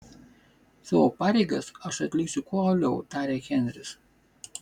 savo pareigas aš atliksiu kuo uoliau tarė henris